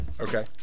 Okay